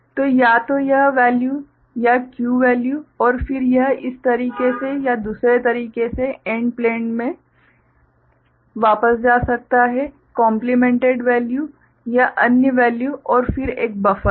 तो या तो यह वैल्यू या Q वैल्यू और फिर यह इस तरीके से या दूसरे तरीके से AND प्लेन मे वापस जा सकता है कोम्प्लीमेंटेड वैल्यू या अन्य वैल्यूऔर फिर एक बफर है